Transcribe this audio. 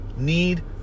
need